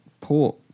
port